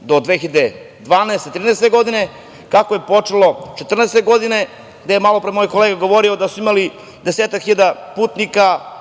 do 2012, 2013. godine, kako je počelo 2014. godine, gde je malopre moj kolega govorio da su imali desetak hiljada putnika